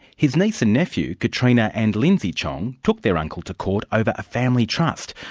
his niece and nephew, katrina and lindsay tjiong, took their uncle to court over a family trust,